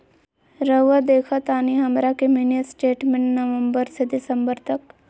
रहुआ देखतानी हमरा के मिनी स्टेटमेंट नवंबर से दिसंबर तक?